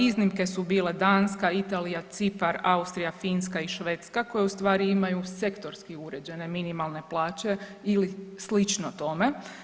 Iznimke su bile Danska, Italija, Cipar, Austrija, Finska i Švedska koje u stvari imaju sektorski uređene minimalne plaće ili slično tome.